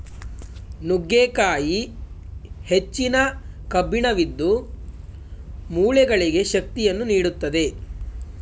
ನುಗ್ಗೆಕಾಯಿ ಹೆಚ್ಚಿನ ಕಬ್ಬಿಣವಿದ್ದು, ಮೂಳೆಗಳಿಗೆ ಶಕ್ತಿಯನ್ನು ನೀಡುತ್ತದೆ